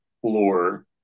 floor